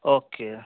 okay